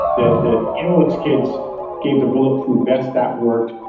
the amylyx kids gave the bulletproof vest that worked,